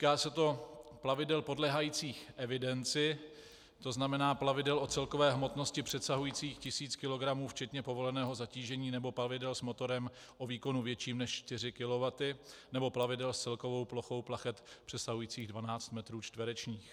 Týká se to plavidel podléhajících evidenci, to znamená plavidel o celkové hmotnosti přesahující tisíc kilogramů včetně povoleného zatížení nebo plavidel s motorem o výkonu větším než 4 kilowatty nebo plavidel s celkovou plochou plachet přesahujících 12 metrů čtverečních.